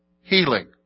Healing